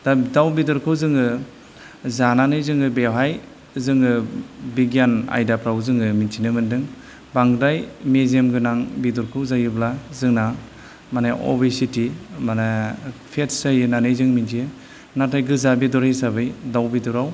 दा दाउ बेदरखौ जोङो जानानै जोङो बेवहाय जोङो बिगियान आयदाफ्राव जोङो मिन्थिनोमोन्दों बांद्राय मेजेमगोनां बेदरखौ जायोब्ब्ला जोंना माने अबेसेटि माने फेट्स जायो होननानै जों मिन्थियो नाथाय गोजा बेदर हिसाबै दाउ बेदराव